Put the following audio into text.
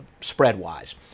spread-wise